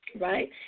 right